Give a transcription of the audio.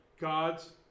God's